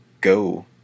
go